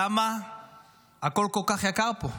למה הכול כל כך יקר פה?